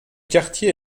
quartier